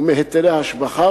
ומהיטלי השבחה,